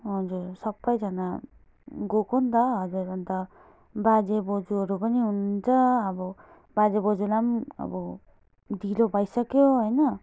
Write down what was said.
हजुर सबैजना गएको नि त हजुर अन्त बाजे बोजूहरू पनि हुनुहुन्छ अब बाजे बोजूलाई पनि अब ढिलो भइसक्यो होइन